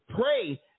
pray